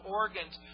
organs